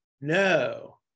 No